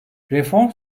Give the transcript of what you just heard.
reform